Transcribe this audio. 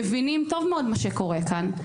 מבינים טוב מאוד מה שקורה כאן,